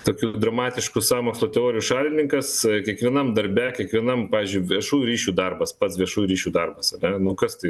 tokių dramatiškų sąmokslo teorijų šalininkas kiekvienam darbe kiekvienam pavyzdžiui viešųjų ryšių darbas pats viešųjų ryšių darbas ane nu kas tai